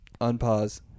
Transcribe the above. unpause